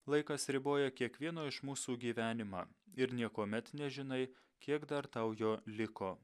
laikas riboja kiekvieno iš mūsų gyvenimą ir niekuomet nežinai kiek dar tau jo liko